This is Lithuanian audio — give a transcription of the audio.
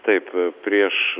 taip prieš